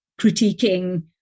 critiquing